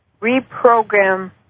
reprogram